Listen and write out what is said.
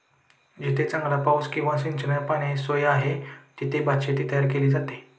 जेथे चांगला पाऊस किंवा सिंचनाच्या पाण्याची सोय आहे, तेथे भातशेती तयार केली जाते